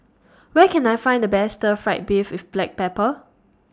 Where Can I Find The Best Stir Fried Beef with Black Pepper